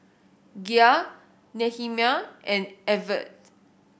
Gia Nehemiah and Evette